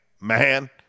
man